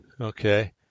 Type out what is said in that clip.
Okay